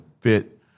fit